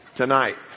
tonight